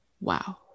wow